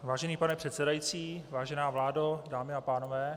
Vážený pane předsedající, vážená vládo, dámy a pánové.